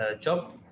job